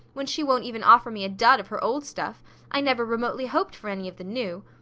when she won't even offer me a dud of her old stuff i never remotely hoped for any of the new.